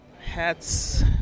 hats